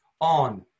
on